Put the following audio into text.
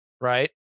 right